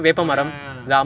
oh ya ya ya